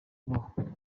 kubahwa